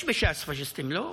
יש בש"ס פשיסטים, לא?